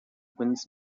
winds